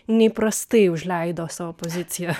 neįprastai užleido savo poziciją